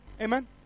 Amen